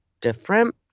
different